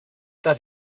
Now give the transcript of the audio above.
that